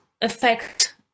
affect